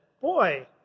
boy